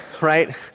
right